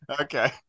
Okay